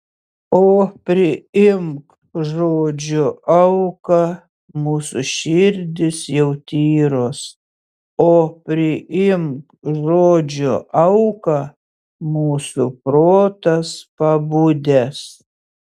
o priimk žodžio auką mūsų širdys jau tyros o priimk žodžio auką mūsų protas pabudęs